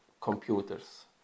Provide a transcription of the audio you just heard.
computers